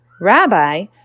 Rabbi